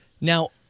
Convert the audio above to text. Now